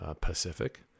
Pacific